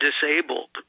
disabled